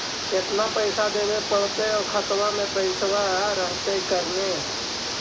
केतना पैसा देबे पड़तै आउ खातबा में पैसबा रहतै करने?